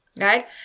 right